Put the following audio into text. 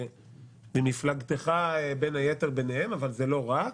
אבל לא רק,